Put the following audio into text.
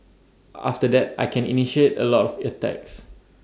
after that I can initiate A lot of attacks